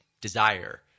desire